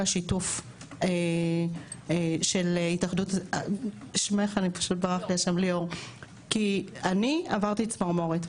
השיתוף של ליאור כי אני עברתי צמרמורת.